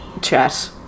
chat